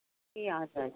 ए हजुर हजुर